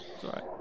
Sorry